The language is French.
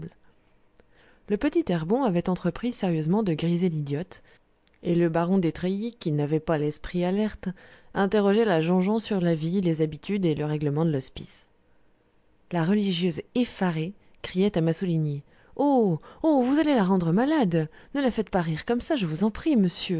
le petit herbon avait entrepris sérieusement de griser l'idiote et le baron d'etreillis qui n'avait pas l'esprit alerte interrogeait la jean jean sur la vie les habitudes et le règlement de l'hospice la religieuse effarée criait à massouligny oh oh vous allez la rendre malade ne la faites pas rire comme ça je vous en prie monsieur